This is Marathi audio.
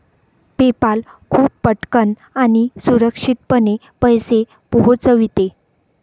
पेपाल खूप पटकन आणि सुरक्षितपणे पैसे पोहोचविते